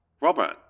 Robert